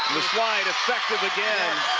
the slide effective again.